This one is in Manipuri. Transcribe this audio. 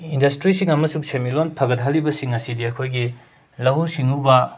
ꯏꯟꯗꯁꯇ꯭ꯔꯤꯁꯤꯡ ꯑꯃꯁꯨꯡ ꯁꯦꯃꯤꯠꯂꯣꯟ ꯐꯒꯠꯍꯜꯂꯤꯕꯁꯤꯡ ꯑꯁꯤꯗꯤ ꯑꯩꯈꯣꯏꯒꯤ ꯂꯧꯎ ꯁꯤꯡꯎꯕ